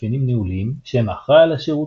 מאפיינים ניהוליים שם האחראי על השירות,